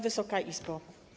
Wysoka Izbo!